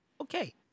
Okay